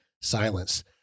silence